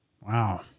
Wow